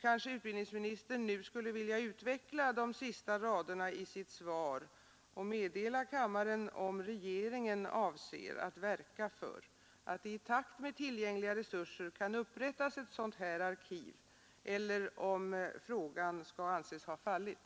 Kanske utbildningsministern nu skulle vilja utveckla de sista raderna i sitt svar och meddela kammaren om regeringen avser att verka för att det i takt med tillgängliga resurser kan upprättas ett sådant arkiv eller om frågan skall anses ha fallit.